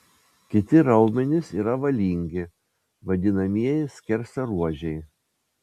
kiti raumenys yra valingi vadinamieji skersaruožiai